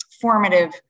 formative